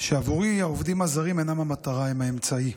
שעבורי העובדים הזרים אינם המטרה אלא האמצעי.